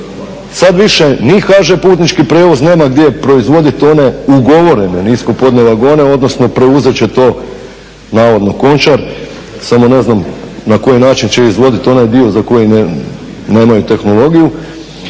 Sad više ni HŽ Putnički prijevoz nema gdje proizvoditi one ugovorene niskopodne vagone, odnosno preuzet će to navodno Končar, samo ne znam na koji način će izvodit onaj dio za koji nemaju tehnologiju.